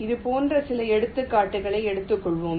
இது போன்ற சில எடுத்துக்காட்டுகளை எடுத்துக்கொள்வோம்